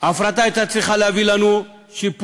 ההפרטה הייתה צריכה להביא לנו שיפור